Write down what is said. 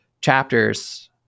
chapters